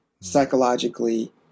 psychologically